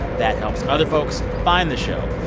that helps other folks find the show.